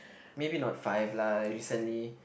maybe not five lah recently